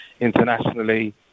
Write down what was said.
internationally